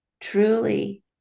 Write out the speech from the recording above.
truly